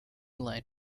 line